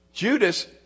Judas